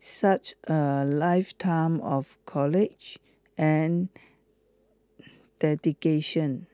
such a lifetime of courage and dedication